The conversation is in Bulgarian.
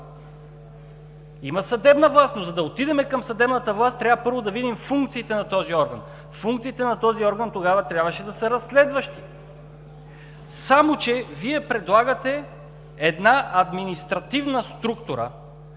Има съдебна власт, но за да отидем към съдебната власт трябва, първо, да видим функциите на този орган. Функциите на този орган тогава трябваше да са разследващи. Само, че Вие предлагате една административна структура,